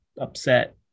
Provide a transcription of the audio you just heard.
upset